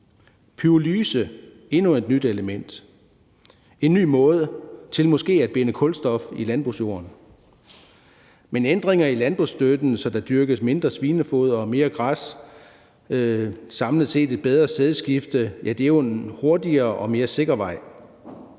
Pyrolyse er endnu et nyt element, en ny metode til måske at binde kulstof i landbrugsjorden. Men ændringer i landbrugsstøtten, så der dyrkes mindre svinefoder og mere græs og samlet set et bedre sædskifte, er jo en hurtigere og mere sikker vej.